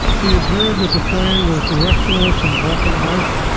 he observed that the plan was directionless and balkanized,